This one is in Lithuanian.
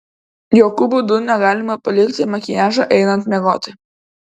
jokiu būdu negalima palikti makiažo einant miegoti